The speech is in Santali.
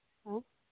ᱦᱮᱸ